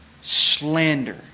Slander